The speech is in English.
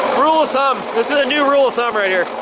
rule of thumb, this is a new rule of thumb right here.